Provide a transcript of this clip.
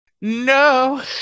no